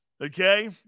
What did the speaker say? Okay